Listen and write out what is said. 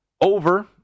over